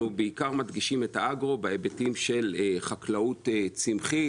אנחנו בעיקר מדגישים את האגרו בהיבטים של חקלאות צמחית,